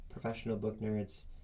ProfessionalBookNerds